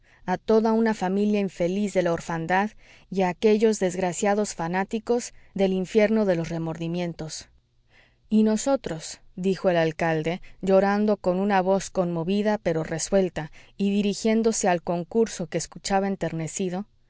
a toda una familia infeliz de la orfandad y a aquellos desgraciados fanáticos del infierno de los remordimientos y nosotros dijo el alcalde llorando con una voz conmovida pero resuelta y dirigiéndose al concurso que escuchaba enternecido